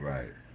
Right